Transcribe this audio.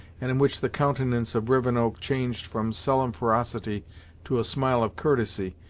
and in which the countenance of rivenoak changed from sullen ferocity to a smile of courtesy,